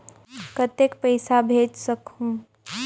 कतेक पइसा भेज सकहुं?